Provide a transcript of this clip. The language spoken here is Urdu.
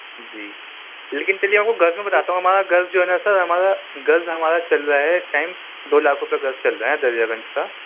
جی لیکن چلیے آپ کو گز میں بتاتا ہوں ہمارا گز جو ہے نا سر ہمارا گز ہمارا چل رہا ہے اس ٹائم دو لاکھ روپئے گز چل رہا ہے دریا گنج کا